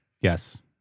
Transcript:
Yes